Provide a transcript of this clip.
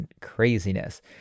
craziness